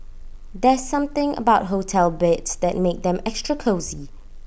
there's something about hotel beds that makes them extra cosy